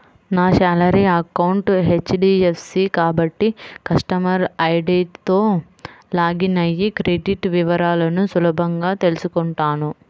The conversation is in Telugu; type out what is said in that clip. నా శాలరీ అకౌంట్ హెచ్.డి.ఎఫ్.సి కాబట్టి కస్టమర్ ఐడీతో లాగిన్ అయ్యి క్రెడిట్ వివరాలను సులభంగా తెల్సుకుంటాను